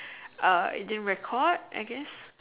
uh it didn't record I guess